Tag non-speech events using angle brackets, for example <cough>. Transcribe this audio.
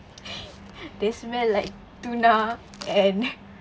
<laughs> they smell like tuna and <laughs>